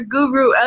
Guru